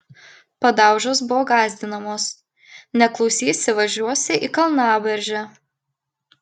padaužos buvo gąsdinamos neklausysi važiuosi į kalnaberžę